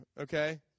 Okay